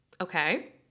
Okay